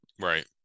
Right